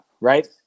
right